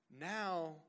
Now